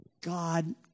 God